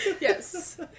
Yes